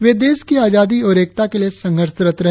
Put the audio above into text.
वे देश की आजादी और एकता के लिए संघर्षरत रहे